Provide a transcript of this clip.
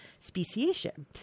speciation